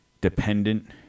dependent